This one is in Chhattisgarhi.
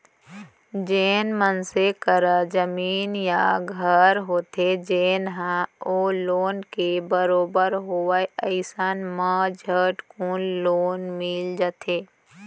जेन मनसे करा जमीन या घर होथे जेन ह ओ लोन के बरोबर होवय अइसन म झटकुन लोन मिल जाथे